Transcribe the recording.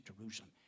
Jerusalem